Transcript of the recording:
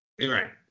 Right